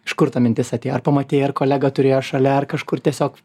iš kur ta mintis atėjo ar pamatei ar kolega turėjo šalia ar kažkur tiesiog